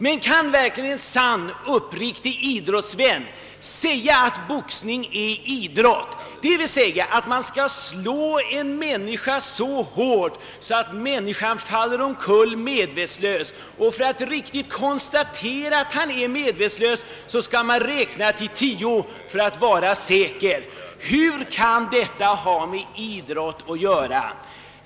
Men kan verkligen en sant uppriktig idrottsvän säga att boxning är idrott? Meningen är ju att slå en människa så hårt att han faller omkull medvetslös, och för att riktigt säkert konstatera att han är medvetslös skall man räkna till tio. Hur kan detta ha med idrott att göra?